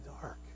dark